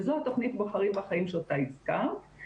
וזו התוכנית "בוחרים בחיים" שאותה הזכרת,